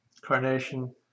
Carnation